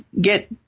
get